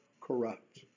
corrupt